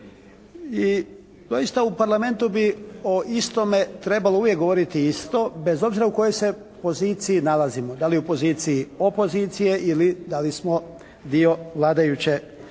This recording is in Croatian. I doista u Parlamentu bi o istome trebalo uvijek govoriti isto bez obzira u kojoj se poziciji nalazimo. Da li u poziciji opozicije ili da li smo dio vladajuće većine.